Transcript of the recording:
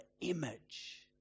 image